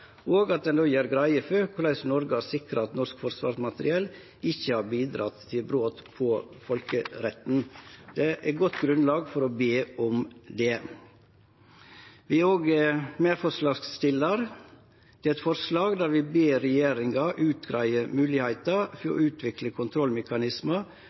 Noreg har sikra at norsk forsvarsmateriell ikkje har bidratt til brot på folkeretten. Det er eit godt grunnlag for å be om det. Vi er òg medforslagsstillar til eit forslag der vi ber regjeringa